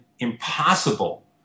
impossible